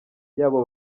yabo